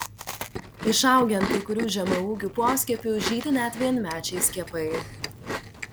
išaugę ant kai kurių žemaūgių poskiepių žydi net vienmečiai skiepai